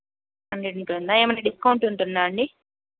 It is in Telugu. హండ్రెడ్ ఉంటుందా ఏమన్నా డిస్కౌంట్ ఉంటుందా అండి